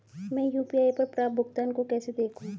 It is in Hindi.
मैं यू.पी.आई पर प्राप्त भुगतान को कैसे देखूं?